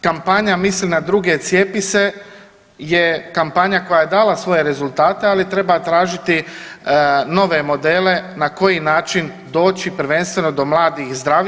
Kampanja „Misli na druge – cijepi se!“ je kampanja koja je dala svoje rezultate, ali treba tražiti nove modele na koji način doći prvenstveno do mladih zdravih.